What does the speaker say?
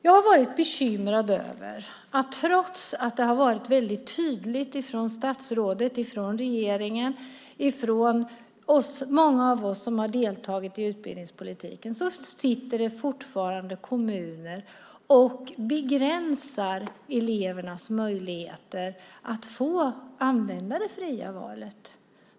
Jag har varit bekymrad över att trots att det har varit väldigt tydligt från statsrådet, från regeringen och många av oss som har deltagit i utbildningspolitiken det fortfarande finns kommuner som begränsar elevernas möjligheter att få använda det fria valet.